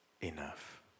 enough